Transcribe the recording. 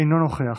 אינו נוכח,